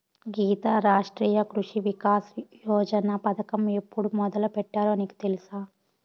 గీతా, రాష్ట్రీయ కృషి వికాస్ యోజన పథకం ఎప్పుడు మొదలుపెట్టారో నీకు తెలుసా